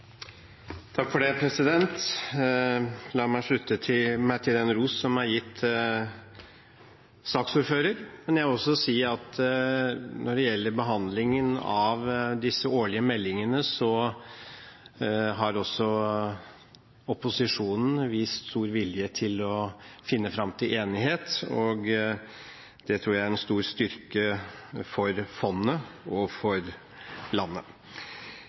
gitt saksordføreren, men jeg vil også si at når det gjelder behandlingen av disse årlige meldingene, har også opposisjonen vist stor vilje til å finne fram til enighet. Det tror jeg er en stor styrke for fondet og for landet.